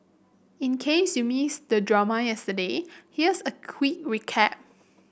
in case you missed the drama yesterday here's a quick recap